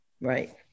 right